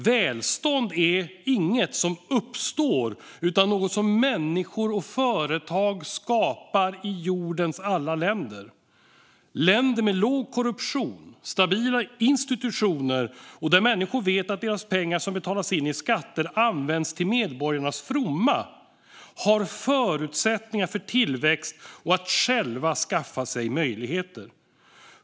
Välstånd är inget som uppstår utan något som människor och företag skapar, i jordens alla länder. Länder med låg korruption och stabila institutioner, där människor vet att pengarna de betalar in i skatt används till medborgarnas fromma, har förutsättningar för tillväxt och för att själva skaffa sig möjligheter.